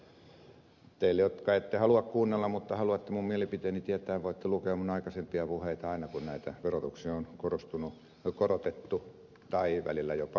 te jotka ette halua kuunnella mutta haluatte minun mielipiteeni tietää voitte lukea minun aikaisempia puheitani aina kun näitä veroja on korotettu tai välillä jopa laskettukin